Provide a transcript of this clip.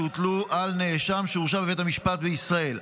שהוטלו על נאשם שהורשע בבית המשפט בישראל,